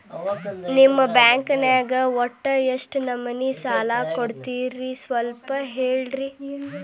ನಿಮ್ಮ ಬ್ಯಾಂಕ್ ನ್ಯಾಗ ಒಟ್ಟ ಎಷ್ಟು ನಮೂನಿ ಸಾಲ ಕೊಡ್ತೇರಿ ಸ್ವಲ್ಪ ಹೇಳ್ರಿ